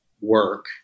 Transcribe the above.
work